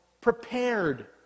prepared